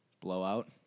Blowout